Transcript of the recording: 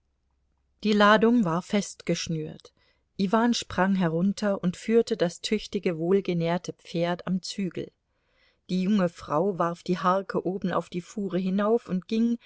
die ladung war festgeschnürt iwan sprang herunter und führte das tüchtige wohlgenährte pferd am zügel die junge frau warf die harke oben auf die fuhre hinauf und ging